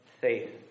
faith